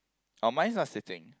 oh mine not sitting